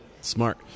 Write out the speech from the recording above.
Smart